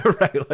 Right